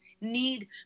need